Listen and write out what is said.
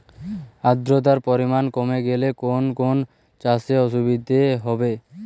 আদ্রতার পরিমাণ কমে গেলে কোন কোন চাষে অসুবিধে হবে?